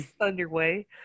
underway